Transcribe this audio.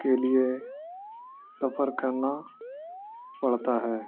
کے لیے سفر کرنا پڑتا ہے